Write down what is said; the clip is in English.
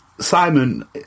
Simon